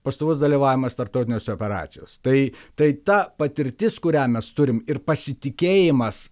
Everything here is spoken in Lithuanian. pastovus dalyvavimas tarptautinės operacijos tai tai ta patirtis kurią mes turim ir pasitikėjimas